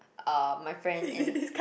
uh my friend and